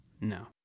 no